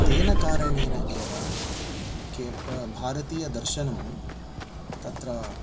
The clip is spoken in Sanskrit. तेन कारणेन एव के भारतीय दर्शनं तत्र